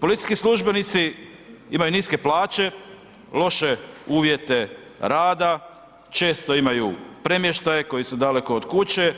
Policijski službenici imaju niske plaće, loše uvjete rada, često imaju premještaje koji su daleko od kuće,